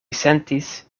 sentis